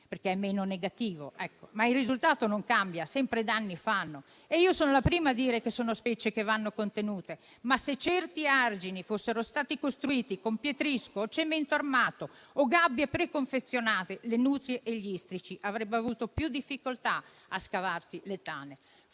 quanto meno negativo. Il risultato, però, non cambia: sempre danni fanno. Sono la prima a dire che sono specie che vanno contenute, ma, se certi argini fossero stati costruiti con pietrisco, cemento armato o gabbie preconfezionate, le nutrie e gli istrici avrebbero avuto più difficoltà a scavarsi le tane.